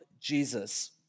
Jesus